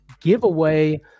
giveaway